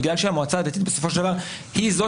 בגלל שהמועצה הדתית בסופו של דבר היא זו